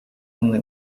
only